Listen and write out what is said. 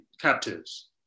captives